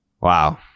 wow